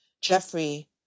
Jeffrey